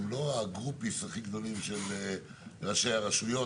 הם לא המעריצים הכי גדולים של ראשי הרשויות,